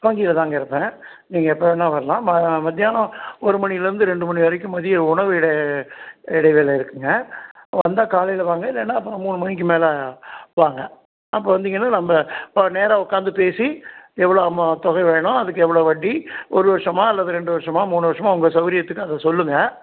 வங்கியில் தாங்க இருப்பேன் நீங்கள் எப்போ வேணாம் வரலாம் ம மத்தியானம் ஒரு மணிலிருந்து ரெண்டு மணி வரைக்கும் மதியம் உணவு இடை இடைவேளை இருக்குங்க வந்தால் காலையில் வாங்க இல்லையின்னால் அப்புறம் மூணு மணிக்கு மேலே வாங்க அப்போ வந்தீங்கன்னால் நம்ம நேராக உட்காந்து பேசி எவ்வளோ அமொ தொகை வேணும் அதுக்கு எவ்வளோ வட்டி ஒரு வருஷமா அல்லது ரெண்டு வருஷமா மூணு வருஷமா உங்கள் சௌகரியத்துக்கு அதை சொல்லுங்க